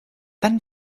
dann